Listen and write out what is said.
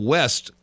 West